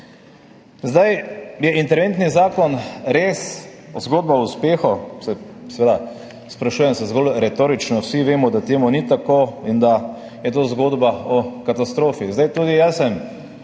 dobo. Je interventni zakon res zgodba o uspehu? Seveda se sprašujem zgolj retorično, vsi vemo, da to ni tako in da je to zgodba o katastrofi. Tudi jaz sem